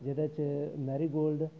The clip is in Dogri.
जेह्दे च मैरीगोल्ड